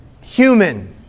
human